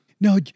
no